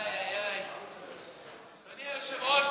אדוני היושב-ראש,